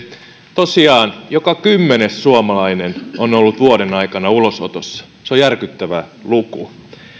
tosiaan joka kymmenes suomalainen on ollut vuoden aikana ulosotossa se on järkyttävä luku